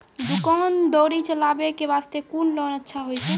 दुकान दौरी चलाबे के बास्ते कुन लोन अच्छा होय छै?